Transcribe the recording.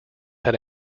had